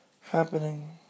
happening